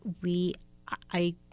we—I